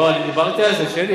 לא, אני דיברתי על זה.